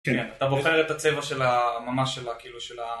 כן, אתה בוחר את הצבע של ה... ממש שלה, כאילו, של ה...